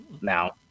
now